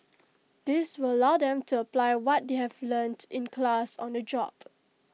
this will allow them to apply what they have learnt in class on the job